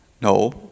No